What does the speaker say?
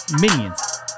minions